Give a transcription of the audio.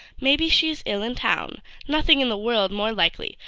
may be she is ill in town nothing in the world more likely,